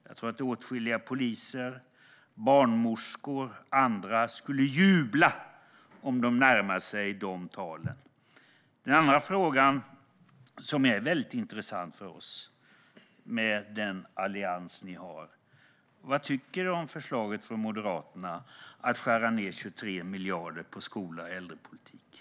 Jag tror att åtskilliga poliser, barnmorskor och andra skulle jubla om de närmade sig en sådan summa. Den andra frågan, som är mycket intressant för oss eftersom ni har den allians som ni har, är: Vad tycker du om förslaget från Moderaterna om att skära ned med 23 miljarder på skola och äldreomsorg?